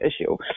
issue